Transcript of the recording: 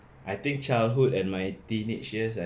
I think childhood and my teenage years